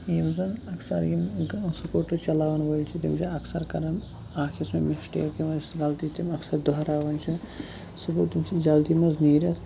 یِم زَن اَکثَر یِم سِکوٗٹَر چَلاوان وٲلۍ چھِ تِم چھِ اَکثَر کَران اَکھ یۄس مِسٹیک یِوان چھِ غَلطی دوہراوان چھِ سُہ گوٚو تِم چھِ جَلدی مَنٛز نیٖرِتھ